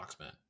boxman